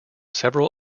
several